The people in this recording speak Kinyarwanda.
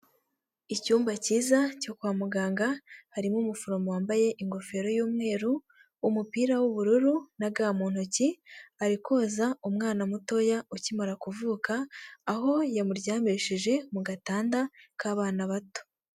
Icyumba cyiza cyo kwa muganga harimo umuforomo wambaye ingofero y'umweru, umupira w'ubururu na ga mu ntoki, ari koza umwana mutoya ukimara kuvuka aho yamuryamishije mu gatanda k'abana bato.